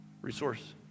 resource